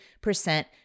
percent